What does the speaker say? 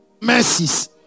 mercies